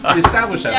established